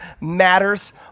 matters